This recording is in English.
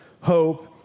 hope